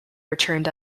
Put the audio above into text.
returned